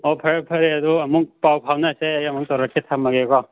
ꯑꯣ ꯐꯔꯦ ꯐꯔꯦ ꯑꯗꯣ ꯑꯃꯨꯛ ꯄꯥꯎ ꯐꯥꯎꯅꯁꯦ ꯑꯩ ꯑꯃꯨꯛ ꯇꯧꯔꯛꯀꯦ ꯊꯝꯃꯒꯦꯀꯣ